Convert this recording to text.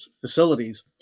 facilities